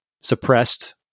suppressed